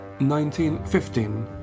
1915